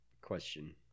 question